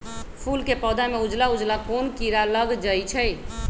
फूल के पौधा में उजला उजला कोन किरा लग जई छइ?